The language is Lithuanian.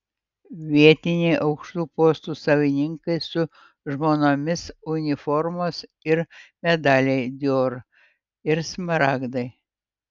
vietiniai aukštų postų savininkai su žmonomis uniformos ir medaliai dior ir smaragdai